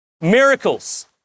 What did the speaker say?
Miracles